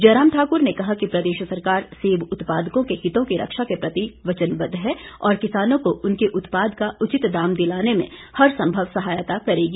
जयराम ठाकुर ने कहा कि प्रदेश सरकार सेब उत्पादकों के हितों की रक्षा के प्रति वचनबद्व है और किसानों को उनके उत्पाद का उचित दाम दिलाने में हर संभव सहायता करेगी